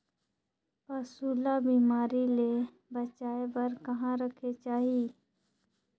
पशु ला बिमारी ले बचाय बार कहा रखे चाही?